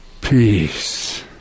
Peace